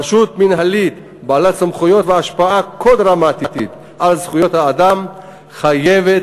רשות מינהלית בעלת סמכויות והשפעה כה דרמטיות על זכויות האדם חייבת